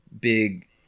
big